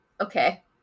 Okay